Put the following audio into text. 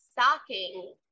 stocking